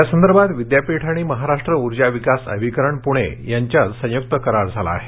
यासंदर्भात विद्यापीठ आणि महाराष्ट्र ऊर्जा विकास अभिकरण पुणे यांच्यात संयुक्त करार झाला आहे